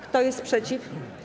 Kto jest przeciw?